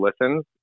listens